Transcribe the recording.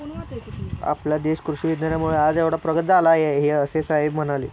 आपला देश कृषी विज्ञानामुळे आज एवढा प्रगत झाला आहे, असे साहेब म्हणाले